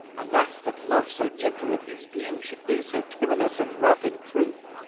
alas, that love, so gentle in his view, should be so tyrannous and rough in proof!